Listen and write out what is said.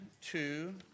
two